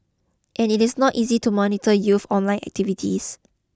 and it is not easy to monitor youth online activity